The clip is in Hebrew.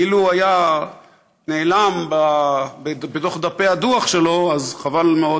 אילו הוא היה נעלם בתוך דפי הדוח שלו אז חבל מאוד,